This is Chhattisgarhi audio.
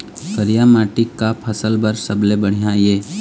करिया माटी का फसल बर सबले बढ़िया ये?